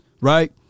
Right